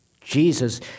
Jesus